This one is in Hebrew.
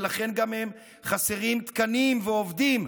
ולכן גם להם חסרים תקנים ועובדים.